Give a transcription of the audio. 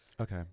Okay